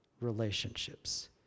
relationships